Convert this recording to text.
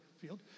field